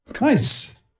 nice